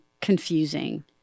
confusing